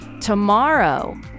Tomorrow